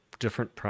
Different